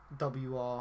WR